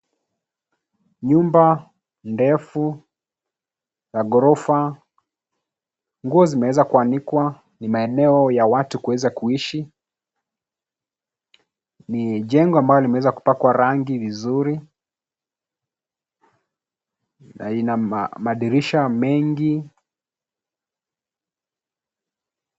Nyumba ndefu la ghorofa. Nguo zimeweza kuanikwa. Ni maeneo ya watu kuweza kuishi. Ni jengo ambalo limeweza kupakwa rangi vizuri na ina madirisha mengi.